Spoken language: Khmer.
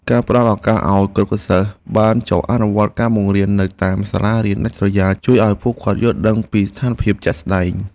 ការផ្តល់ឱកាសឱ្យគរុសិស្សបានចុះអនុវត្តការបង្រៀននៅតាមសាលារៀនដាច់ស្រយាលជួយឱ្យពួកគាត់យល់ដឹងពីស្ថានភាពជាក់ស្តែង។